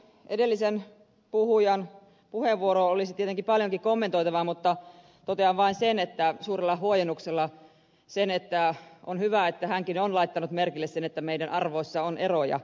edellisen puhujan puheenvuoroon olisi tietenkin paljonkin kommentoitavaa mutta totean vain suurella huojennuksella sen että on hyvä että hänkin on laittanut merkille sen että meidän arvoissamme on eroja